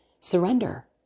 surrender